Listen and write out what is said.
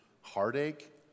heartache